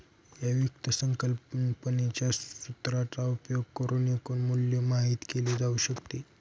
या वित्त संकल्पनेच्या सूत्राचा उपयोग करुन एकूण मूल्य माहित केले जाऊ शकते